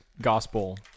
gospel